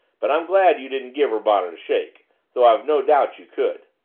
but i'm glad you didn't give her bonnet a shake though i've no doubt you could.